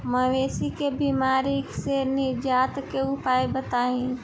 मवेशी के बिमारी से निजात के उपाय बताई?